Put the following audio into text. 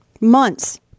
Months